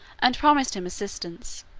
and promised him assistance.